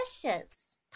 precious